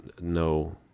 no